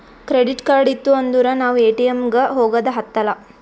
credit card ಇತ್ತು ಅಂದುರ್ ನಾವ್ ಎ.ಟಿ.ಎಮ್ ಗ ಹೋಗದ ಹತ್ತಲಾ